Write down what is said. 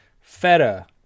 Feta